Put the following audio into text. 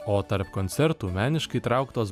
o tarp koncertų meniškai įtrauktos